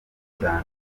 cyane